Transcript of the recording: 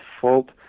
fault